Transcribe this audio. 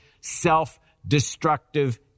self-destructive